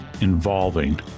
involving